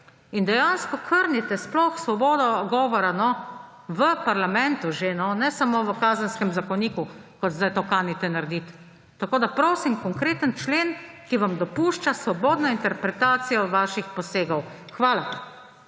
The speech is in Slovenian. Dejansko že krnite sploh svobodo govora v parlamentu, ne samo v Kazenskem zakoniku, kot zdaj to kanite narediti. Prosim za konkreten člen, ki vam dopušča svobodno interpretacijo vaših posegov. Hvala.